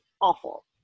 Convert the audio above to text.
awful